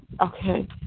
Okay